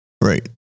Right